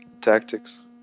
tactics